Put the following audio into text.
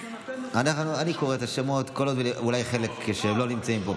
אני קורא את השמות, אולי חלק לא נמצאים פה.